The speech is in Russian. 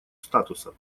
статуса